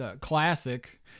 classic